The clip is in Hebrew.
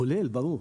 כולל, ברור.